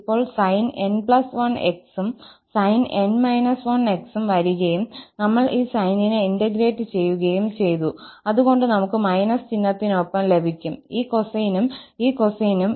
അപ്പോൾ sin 𝑛1𝑥 ഉം sin𝑛−1𝑥 ഉം വരികയും നമ്മൾ ഈ സൈനിനെ ഇന്റഗ്രേറ്റ് ചെയ്യുകയും ചെയ്യൂ അതുകൊണ്ട് നമുക് ′−′ ചിഹ്നത്തിനൊപ്പം ലഭിക്കും ഈ കോസൈനും ഈ കോസൈനും